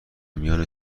میان